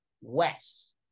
west